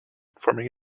forming